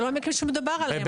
זה לא המקרים שמדובר עליהם.